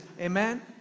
Amen